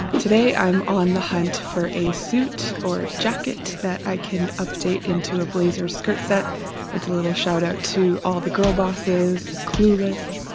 today i'm on the hunt for a suit or jacket that i can update into a blazer skirt set it's a little shout-out to all the girl bosses, clueless,